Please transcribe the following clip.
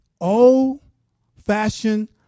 old-fashioned